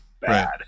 bad